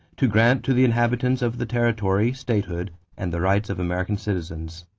to grant to the inhabitants of the territory statehood and the rights of american citizens.